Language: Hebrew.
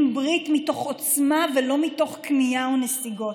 ברית מתוך עוצמה ולא מתוך כניעה או נסיגות.